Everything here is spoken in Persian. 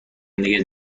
دیگه